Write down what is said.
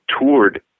toured